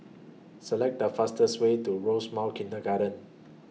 Select The fastest Way to Rosemount Kindergarten